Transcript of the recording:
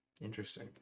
Interesting